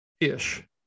ish